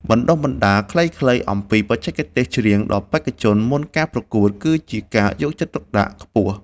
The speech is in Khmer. បណ្ដុះបណ្ដាលខ្លីៗអំពីបច្ចេកទេសច្រៀងដល់បេក្ខជនមុនប្រកួតគឺជាការយកចិត្តទុកដាក់ខ្ពស់។